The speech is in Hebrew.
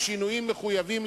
בשינויים מחויבים,